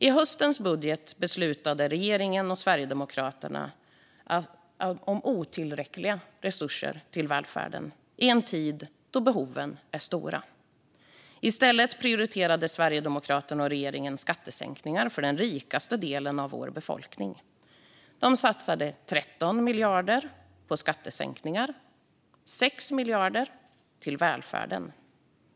I höstens budget beslutade regeringen och Sverigedemokraterna om otillräckliga resurser till välfärden i en tid då behoven är stora. I stället prioriterade Sverigedemokraterna och regeringen skattesänkningar för den rikaste delen av vår befolkning. De satsade 13 miljarder på skattesänkningar, medan de lade 6 miljarder till välfärden.